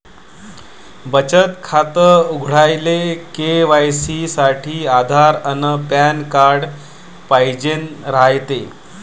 बचत खातं उघडाले के.वाय.सी साठी आधार अन पॅन कार्ड पाइजेन रायते